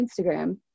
Instagram